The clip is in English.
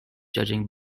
judging